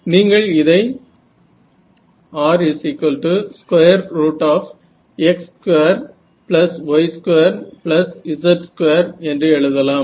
நீங்கள் இதை r x2y2z2 என்று எழுதலாம்